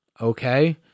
Okay